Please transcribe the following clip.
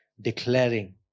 declaring